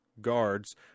guards